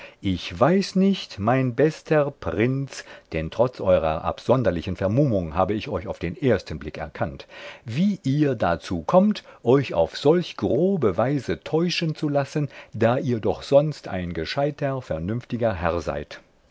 ich weiß nicht mein bester prinz denn trotz eurer absonderlichen vermummung habe ich euch auf den ersten blick erkannt wie ihr dazu kommt euch auf solch grobe weise täuschen zu lassen da ihr doch sonst ein gescheiter vernünftiger herr seid